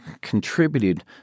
contributed